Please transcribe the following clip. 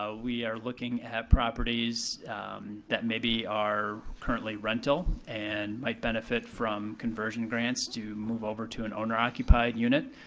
ah we are looking at properties that maybe are currently rental and might benefit from conversion grants to move over to an owner-occupied unit.